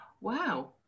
Wow